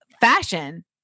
fashion